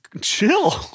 chill